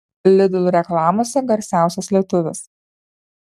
lidl reklamose garsiausias lietuvis